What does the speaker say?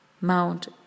Mount